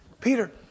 Peter